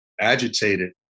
agitated